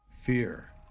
Fear